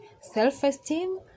self-esteem